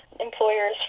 Employers